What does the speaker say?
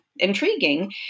intriguing